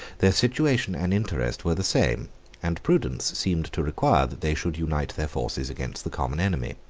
their situation and interest were the same and prudence seemed to require that they should unite their forces against the common enemy.